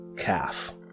Calf